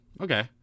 Okay